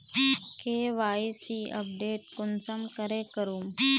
KYC update कुंसम करे करूम?